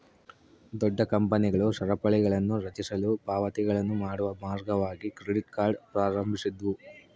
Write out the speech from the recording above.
ದೊಡ್ಡ ಕಂಪನಿಗಳು ಸರಪಳಿಗಳನ್ನುರಚಿಸಲು ಪಾವತಿಗಳನ್ನು ಮಾಡುವ ಮಾರ್ಗವಾಗಿ ಕ್ರೆಡಿಟ್ ಕಾರ್ಡ್ ಪ್ರಾರಂಭಿಸಿದ್ವು